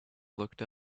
looked